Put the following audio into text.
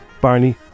Barney